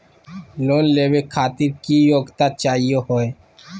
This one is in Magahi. लोन लेवे खातीर की योग्यता चाहियो हे?